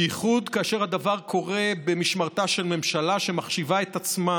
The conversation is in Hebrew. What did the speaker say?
בייחוד כאשר הדבר קורה במשמרתה של ממשלה שמחשיבה את עצמה